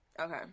Okay